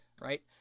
right